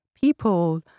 people